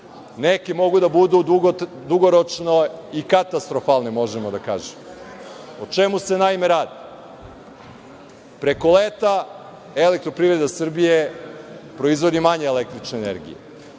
Neki mogu da budu dugoročne i katastrofalne, mogu da kažem. O čemu se, naime, radi? Preko leta Elektroprivreda Srbije proizvodi manje električne energije,